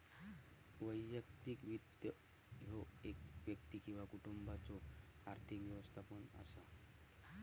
वैयक्तिक वित्त ह्यो एक व्यक्ती किंवा कुटुंबाचो आर्थिक व्यवस्थापन असा